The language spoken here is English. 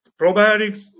probiotics